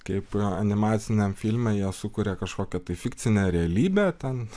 kaip animaciniam filme jos sukuria kažkokią tai fikcinę realybę ten